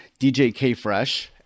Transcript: djkfresh